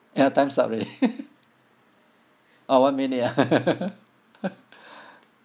ya times up already oh one minute ah